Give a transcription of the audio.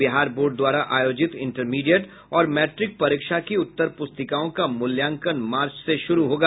Bihar board द्वारा आयोजित intermediate और मैट्रिक परीक्षा की उत्तरपुस्तिकाओं का मूल्यांकन मार्च से शुरू होगा